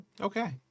Okay